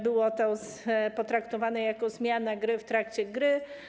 Było to potraktowane jako zmiana zasad w trakcie gry.